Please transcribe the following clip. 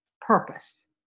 purpose